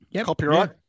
Copyright